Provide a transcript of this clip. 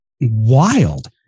wild